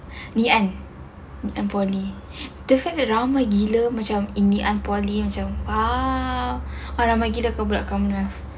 ngee ann ngee ann poly the fact that ramai gila macam in ngee ann poly macam ah ramai gila budak commonwealth